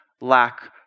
lack